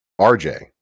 RJ